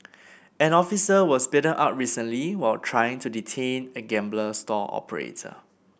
an officer was beaten up recently while trying to detain a gambling stall operator